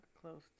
close